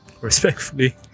Respectfully